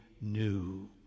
new